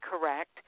correct